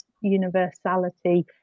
universality